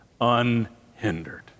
unhindered